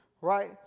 right